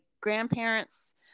grandparents